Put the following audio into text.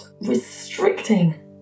restricting